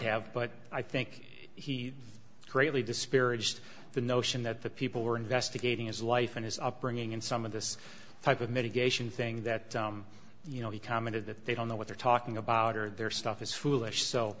have but i think he greatly disparaged the notion that the people were investigating his life and his upbringing and some of this type of mitigation thing that you know he commented that they don't know what they're talking about or their stuff is foolish so